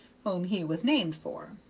whom he was named for.